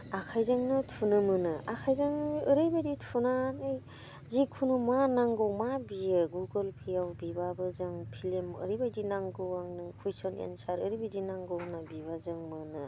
आखाइजोंनो थुनो मोनो आखाइजोंनो ओरैबायदि थुनानै जिखुनु मा नांगौ मा बियो गुगोलपेयाव बिबाबो जों फिल्म ओरैबायदि नांगौ आंनो कुइसन एन्सार ओरैबायदि नांगौ होनना बिबा जों मोनो